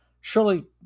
Surely